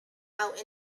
out